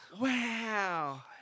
Wow